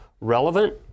relevant